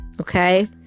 okay